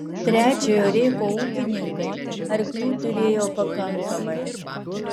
trečiojo reicho ūkininkai arklių turėjo pakankamai